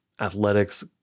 athletics